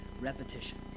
repetition